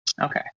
Okay